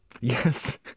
Yes